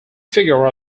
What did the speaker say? figure